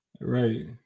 Right